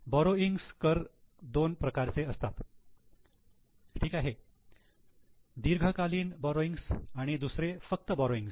borrowings कर दोन प्रकारचे असतात ठीक आहे दीर्घ कालीन बॉरोइंग्स आणि दुसरे फक्त बॉरोइंग्स